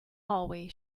hallway